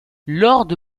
lord